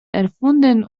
erfunden